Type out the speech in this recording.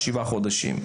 שבעה חודשים.